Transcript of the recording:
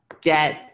get